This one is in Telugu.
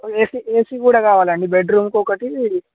ఏసీ ఏసీ కూడా కావాలండి బెడ్రూమ్కి ఒకటి